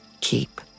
keep